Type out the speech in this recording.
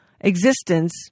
existence